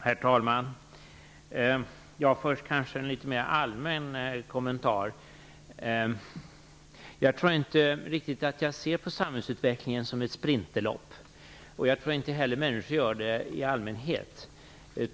Herr talman! Först vill jag lämna en litet mer allmän kommentar. Jag ser nog inte på samhällsutvecklingen som på ett sprinterlopp. Det tror jag inte att människor i allmänhet gör heller.